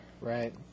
Right